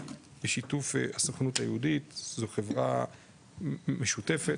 בשיתוף הסוכנות היהודית, זו חברה משותפת.